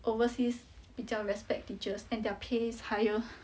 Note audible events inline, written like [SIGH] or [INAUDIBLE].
overseas 比较 respect teachers and their pay's higher [BREATH]